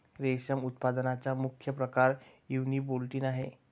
रेशम उत्पादनाचा मुख्य प्रकार युनिबोल्टिन आहे